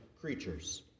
creatures